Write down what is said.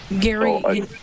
Gary